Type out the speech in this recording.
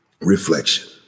reflection